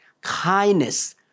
kindness